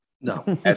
No